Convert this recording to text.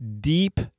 deep